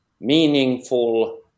meaningful